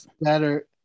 Better